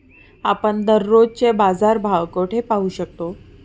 आपण दररोजचे बाजारभाव कोठे पाहू शकतो?